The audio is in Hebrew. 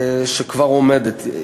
שכבר עומדת,